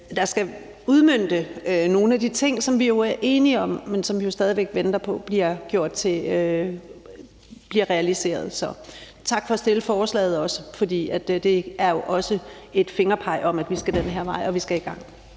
der skal udmønte nogle af de ting, som vi jo er enige om, men som vi stadig væk venter på bliver realiseret. Så tak for at fremsætte forslaget, for det er jo også et fingerpeg om, at vi skal den her vej, og at vi skal i gang.